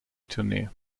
tournee